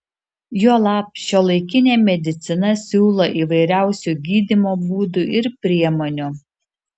juolab šiuolaikinė medicina siūlo įvairiausių gydymo būdų ir priemonių